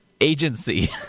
agency